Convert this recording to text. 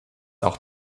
auch